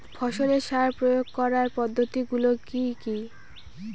ফসলের সার প্রয়োগ করার পদ্ধতি গুলো কি কি?